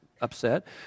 upset